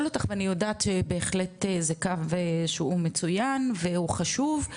אותך ואני יודעת בהחלט זה קו שהוא מצוין והוא חשוב,